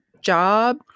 job